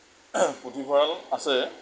পুথিভঁৰাল আছে